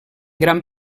gran